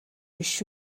биш